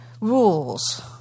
rules